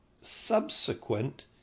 subsequent